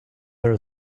there